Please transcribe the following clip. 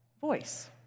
voice